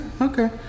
okay